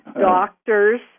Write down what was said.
doctors